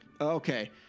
Okay